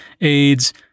AIDS